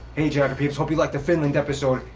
hey geograpeeps! hope you liked the finland episode!